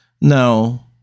No